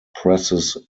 presses